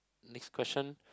next question